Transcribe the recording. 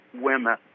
women